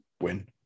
win